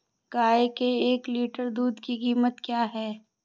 गाय के एक लीटर दूध की कीमत क्या है?